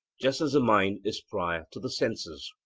just as the mind is prior to the senses.